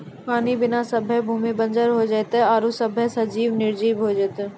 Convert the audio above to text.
पानी बिना सभ्भे भूमि बंजर होय जेतै आरु सभ्भे सजिब निरजिब होय जेतै